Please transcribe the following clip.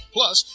Plus